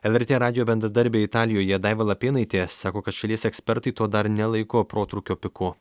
lrt radijo bendradarbė italijoje daiva lapėnaitė sako kad šalies ekspertai to dar nelaiko protrūkio piku